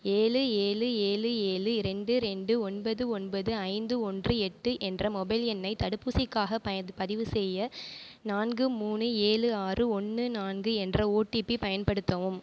ஏழு ஏழு ஏழு ஏழு ரெண்டு ரெண்டு ஒன்பது ஒன்பது ஐந்து ஒன்று எட்டு என்ற மொபைல் எண்ணை தடுப்பூசிக்காகப் பயந் பதிவுசெய்ய நான்கு மூணு ஏழு ஆறு ஒன்று நான்கு என்ற ஓடிபி பயன்படுத்தவும்